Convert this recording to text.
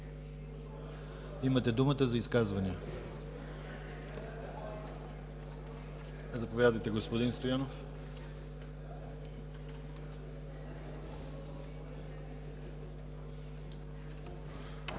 Имате думата за изказвания. Заповядайте, господин Стоянов.